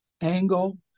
angle